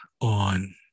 on